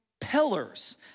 pillars